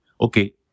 Okay